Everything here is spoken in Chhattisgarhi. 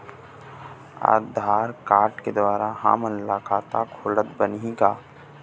आधार कारड के द्वारा हमन ला खाता खोलत बनही का?